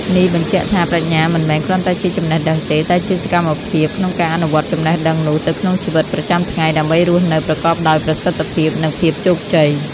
នេះបញ្ជាក់ថា ប្រាជ្ញាមិនមែនគ្រាន់តែជាចំណេះដឹងទេ តែជាសមត្ថភាពក្នុងការអនុវត្តចំណេះដឹងនោះទៅក្នុងជីវិតប្រចាំថ្ងៃ ដើម្បីរស់នៅប្រកបដោយប្រសិទ្ធភាព និងភាពជោគជ័យ។